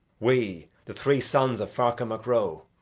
we, the three sons of ferchar mac ro.